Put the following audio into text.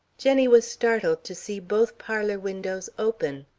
jenny was startled to see both parlour windows open.